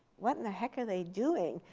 what in the heck are they doing?